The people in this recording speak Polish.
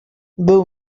był